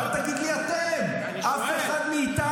אתם הייתם --- אני שואל.